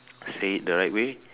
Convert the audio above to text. say it the right way